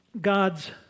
God's